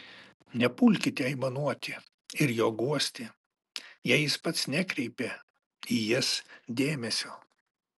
nepulkite aimanuoti ir jo guosti jei jis pats nekreipia į jas dėmesio